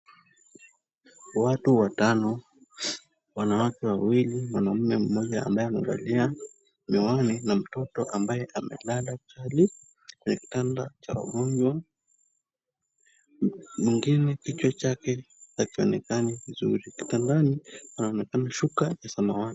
Watu watano. Wanawake wawili, mwanaume mmoja ambaye amevalia miwani na mtoto ambaye amelala chali kwenye kitanda cha wagonjwa. Mwingine kichwa chake hakionekani vizuri. Kitandani pana shuka ya samawati.